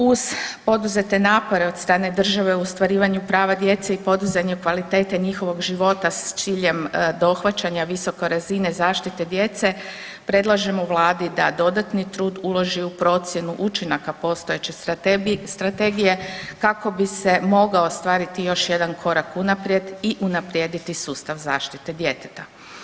Uz poduzete napore od strane države u ostvarivanju prava djece i podizanju kvalitete njihovog života s ciljem dohvaćanja visoke razine zaštite djece predlažemo Vladi da dodatni trud uloži u procjenu učinaka postojeće strategije kako bi se mogao ostvariti još jedan korak unaprijed i unaprijediti sustav zaštite djeteta.